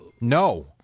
No